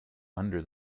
under